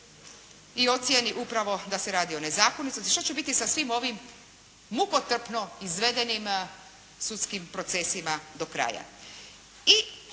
i ocijeni upravo da se radi o nezakonitosti. Šta će biti sa svim ovim mukotrpno izvedenim sudskim procesima do kraja. I